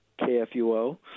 KFUO